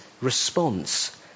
response